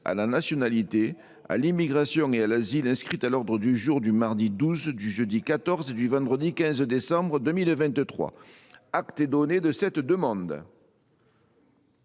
à la nationalité, à l’immigration et à l’asile, inscrite à l’ordre du jour du mardi 12, du jeudi 14 et du vendredi 15 décembre 2023. Acte est donné de cette demande.